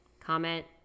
comment